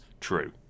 true